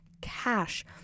cash